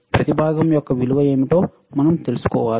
ప్రతి భాగం యొక్క విలువ ఏమిటో మనం తెలుసుకోవాలి